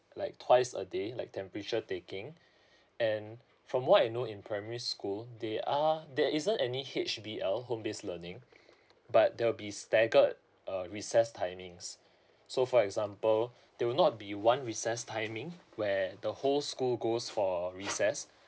like twice a day like temperature taking and from what I know in primary school there are there isn't any H_B_L home based learning but there will be staggered uh recess timings so for example there will not be one recess timing where the whole school goes for recess